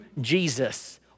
Jesus